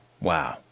Wow